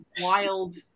wild